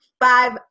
five